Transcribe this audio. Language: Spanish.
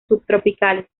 subtropicales